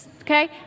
Okay